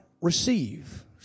receive